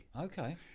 Okay